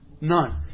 None